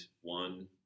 one